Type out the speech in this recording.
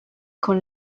con